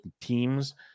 teams